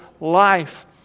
life